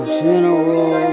general